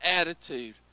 attitude